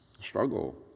struggle